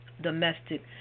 domestic